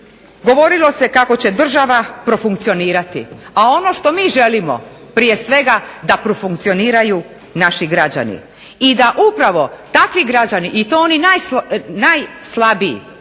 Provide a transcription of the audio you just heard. govorilo se kako će država profunkcionirati, a ono što mi želimo prije svega da profunkcioniraju naši građani, i to oni građani upravo najslabiji,